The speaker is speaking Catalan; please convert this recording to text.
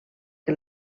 que